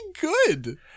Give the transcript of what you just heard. good